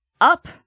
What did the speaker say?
up